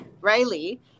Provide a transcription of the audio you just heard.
Riley